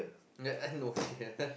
uh no fear